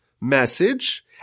message